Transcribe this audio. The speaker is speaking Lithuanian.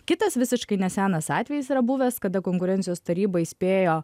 kitas visiškai nesenas atvejis yra buvęs kada konkurencijos taryba įspėjo